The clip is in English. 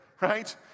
right